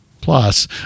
Plus